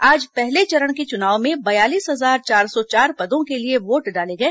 आज पहले चरण के चुनाव में बयालीस हजार चार सौ चार पदों के लिए वोट डाले गए